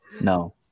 no